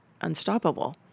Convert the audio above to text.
unstoppable